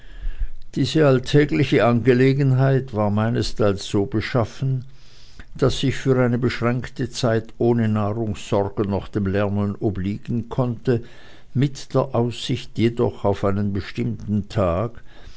diese alltägliche angelegenheit war meinesteils so beschaffen daß ich für eine beschränkte zeit ohne nahrungssorgen noch dem lernen obliegen konnte mit der aussicht jedoch auf einen bestimmten tag